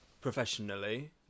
professionally